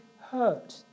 hurt